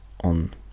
on